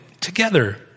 together